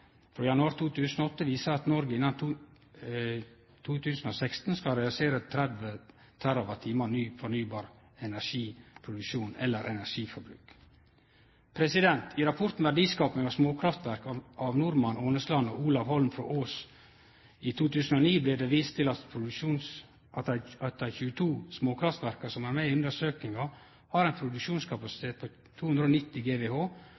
frå januar 2008 viser til at Noreg innan 2016 skal realisere 30 TWh ny fornybar energiproduksjon eller energibruk. I rapporten «Verdiskaping av småkraftverk» av Normann Aanesland og Olaf Holm frå Ås i 2009 blir det vist til at dei 22 småkraftverka som er med i undersøkinga, har ein produksjonskapasitet på 290 GWh,